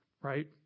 Right